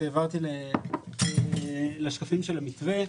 העברתי לשקפים של המתווה.